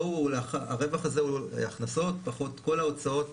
הרווח הזה הוא הכנסות פחות כל ההוצאות